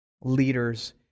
leaders